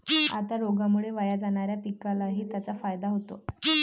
आता रोगामुळे वाया जाणाऱ्या पिकालाही त्याचा फायदा होतो